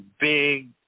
big